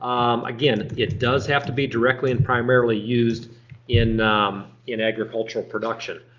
um again, it does have to be directly and primarily used in in agricultural production.